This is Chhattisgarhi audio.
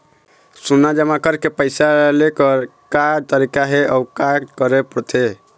सोना जमा करके पैसा लेकर का तरीका हे अउ का करे पड़थे?